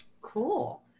Cool